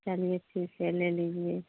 चलिए ठीक है ले लीजिए